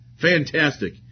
Fantastic